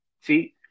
See